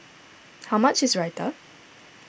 how much is Raita